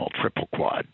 triple-quad